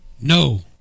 No